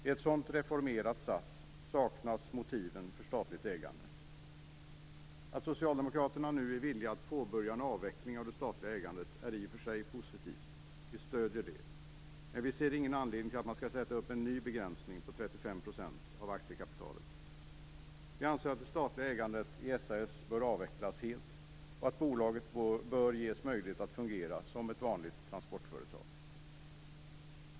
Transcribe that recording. I ett sådant reformerat SAS saknas motiven för statligt ägande. Att socialdemokraterna nu är villiga att påbörja en avveckling av det statliga ägandet är i och för sig positivt. Vi stöder det. Men vi ser ingen anledning att man skall sätta upp en ny begränsning på 35 % av aktiekapitalet. Vi anser att det statliga ägandet i SAS bör avvecklas helt och att bolaget bör ges möjlighet att fungera som ett vanligt transportföretag.